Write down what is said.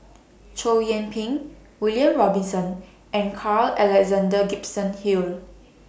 Chow Yian Ping William Robinson and Carl Alexander Gibson Hill